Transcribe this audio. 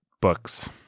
books